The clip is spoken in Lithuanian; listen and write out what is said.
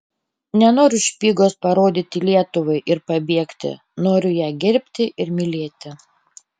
nenoriu špygos parodyti lietuvai ir pabėgti noriu ją gerbti ir mylėti